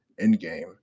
Endgame